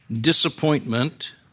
disappointment